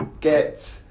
get